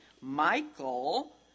Michael